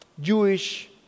Jewish